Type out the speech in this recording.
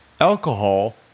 alcohol